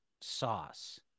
sauce